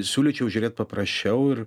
siūlyčiau žiūrėt paprasčiau ir